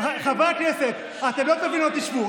חברי הכנסת, אתם לא תבינו אותי, שבו.